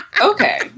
okay